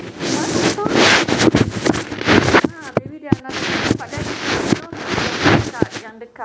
they're so cute they really are very cute